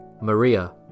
Maria